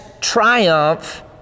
triumph